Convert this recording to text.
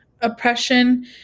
oppression